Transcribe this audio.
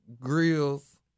grills